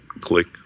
Click